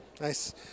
Nice